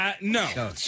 No